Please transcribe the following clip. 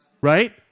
Right